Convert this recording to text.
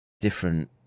different